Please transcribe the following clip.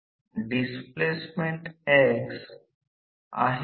याकडे दुर्लक्ष केल्यास या Ri घटकांकडे दुर्लक्ष केले जाईल